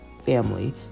family